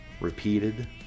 repeated